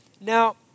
Now